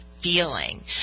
feeling